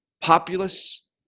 populous